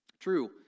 True